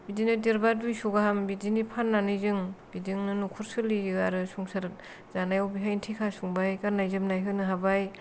बिदिनो देरब्ला दुइस' गाहाम बिदिनि फाननानै जों बिजोंनो न'खर सोलियो आरो संसार जानायाव बिदिनो थेखा सुंबाय गाननाय जोमनाय होनो हाबाय